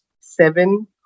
seven